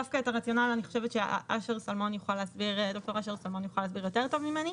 דווקא את הרציונל אני חושבת שד"ר אשר סלמון יוכל להסביר יותר טוב ממני.